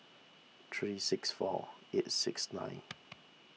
three six four eight six nine